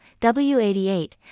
W88